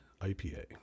IPA